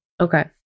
Okay